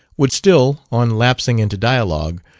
would still, on lapsing into dialogue,